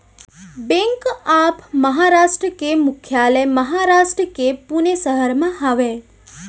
bank of Maharashtra के मुख्यालय महारास्ट के पुने सहर म हवय